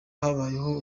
habayeho